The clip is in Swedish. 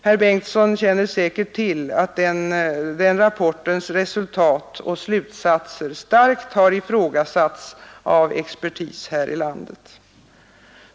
Herr Bengtsson känner säkert till att den rapportens resultat och slutsatser starkt ifrågasatts av expertis här i landet.